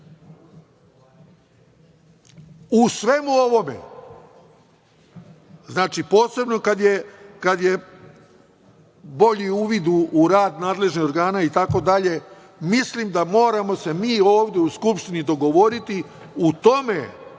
svemu ovome, znači, posebno kad je bolji uvid u rad nadležnih organa itd, mislim da se moramo mi ovde u Skupštini dogovoriti u tome